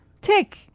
Tick